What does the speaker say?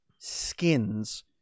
skins